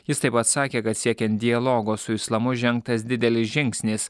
jis taip pat sakė kad siekiant dialogo su islamu žengtas didelis žingsnis